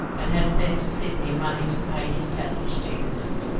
and had sent to sydney money to pay his passage to england.